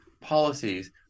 policies